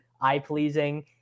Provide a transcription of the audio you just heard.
eye-pleasing